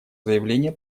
заявление